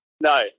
No